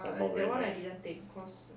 like not very nice